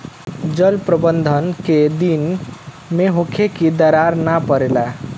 जल प्रबंधन केय दिन में होखे कि दरार न परेला?